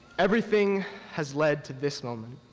everything has led to this moment.